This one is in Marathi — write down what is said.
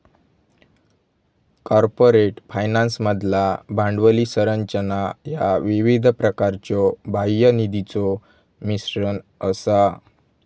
कॉर्पोरेट फायनान्समधला भांडवली संरचना ह्या विविध प्रकारच्यो बाह्य निधीचो मिश्रण असा